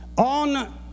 On